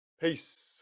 Peace